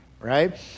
right